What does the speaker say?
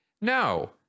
no